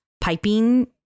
piping